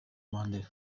mandela